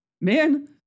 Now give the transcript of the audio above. Man